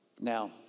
Now